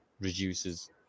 reduces